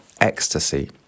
ecstasy